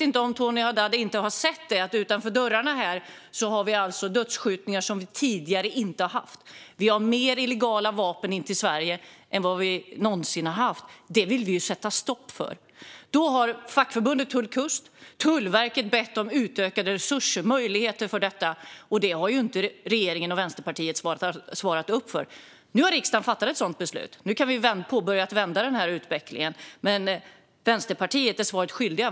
Kanske har Tony Haddou inte sett att utanför våra dörrar sker dödsskjutningar på ett sätt som vi tidigare inte har haft. Fler illegala vapen kommer in i Sverige än någonsin tidigare. Detta vill vi sätta stopp för. Fackförbundet Tull-Kust och Tullverket har bett om utökade resurser och att få möjligheter att göra detta. Det har regeringen och Vänsterpartiet inte svarat upp mot. Nu har riksdagen dock fattat ett sådant beslut, så nu kan vi påbörja arbetet med att vända utvecklingen. Vänsterpartiet är dock svaret skyldigt.